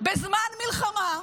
בזמן מלחמה,